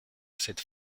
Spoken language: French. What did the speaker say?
cette